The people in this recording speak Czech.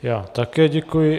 Já také děkuji.